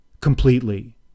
completely